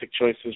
choices